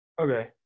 okay